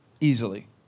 easily